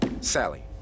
Sally